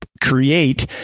create